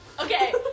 Okay